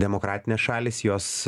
demokratinės šalys jos